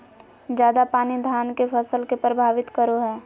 ज्यादा पानी धान के फसल के परभावित करो है?